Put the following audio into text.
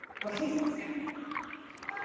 but he's seventy nine.